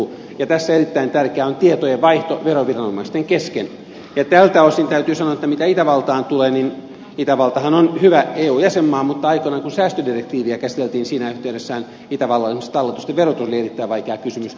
tässä erittäin tärkeää on tietojen vaihto veroviranomaisten kesken ja tältä osin täytyy sanoa että mitä itävaltaan tulee niin itävaltahan on hyvä eu jäsenmaa mutta aikoinaan kun säästödirektiiviä käsiteltiin siinä yhteydessähän esimerkiksi itävallan talletusten verotus oli erittäin vaikea kysymys